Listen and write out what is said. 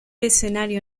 escenario